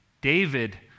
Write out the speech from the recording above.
David